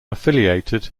affiliated